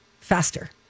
faster